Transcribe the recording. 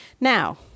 Now